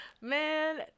man